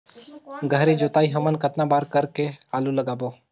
गहरी जोताई हमन कतना बार कर के आलू लगाबो?